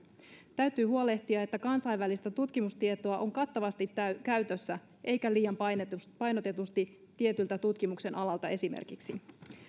täytyy huolehtia että kansainvälistä tutkimustietoa on käytössä kattavasti eikä esimerkiksi liian painotetusti painotetusti tietyltä tutkimuksenalalta